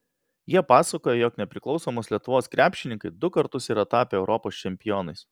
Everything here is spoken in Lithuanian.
jie pasakoja jog nepriklausomos lietuvos krepšininkai du kartus yra tapę europos čempionais